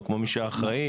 כמו מי שאחראי,